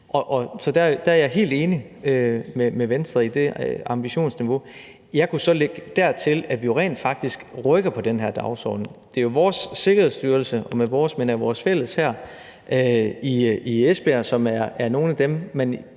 Så jeg er helt enig med Venstre i det ambitionsniveau. Jeg kunne så lægge dertil, at vi rent faktisk rykker på den her dagsorden. Det er jo vores sikkerhedsstyrelse, og med »vores« mener jeg vores fælles her i Esbjerg, som er nogle af dem,